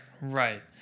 right